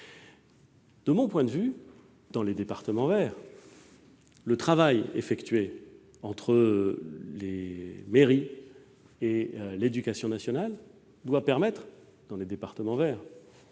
De mon point de vue, dans les départements verts, le travail effectué entre les mairies et l'éducation nationale doit permettre de rouvrir partout les